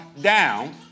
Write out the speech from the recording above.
down